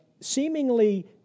seemingly